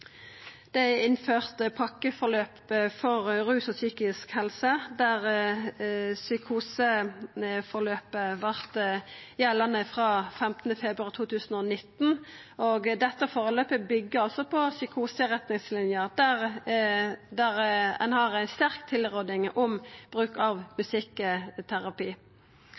Det er innført pakkeforløp for rus og psykisk helse, der psykoseforløpet vart gjeldande frå 15. februar 2019. Dette forløpet byggjer altså på psykoseretningslinja, der ein har ei sterk tilråding om bruk av